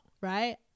Right